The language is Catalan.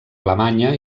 alemanya